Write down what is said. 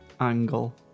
Angle